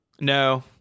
No